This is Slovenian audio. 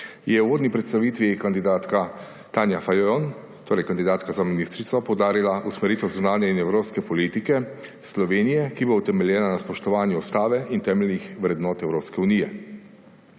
je v uvodni predstavitvi kandidatka za ministrico Tanja Fajon poudarila usmeritve zunanje in evropske politike Slovenije, ki bo utemeljena na spoštovanju ustave in temeljnih vrednot Evropske unije.